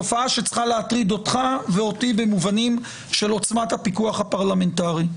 תופעה שצריכה להטריד אותך ואותי במובנים של עוצמת הפיקוח הפרלמנטרי.